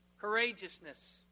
courageousness